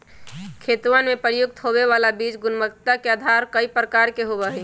खेतवन में प्रयुक्त होवे वाला बीज गुणवत्ता के आधार पर कई प्रकार के होवा हई